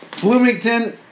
Bloomington